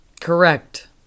Correct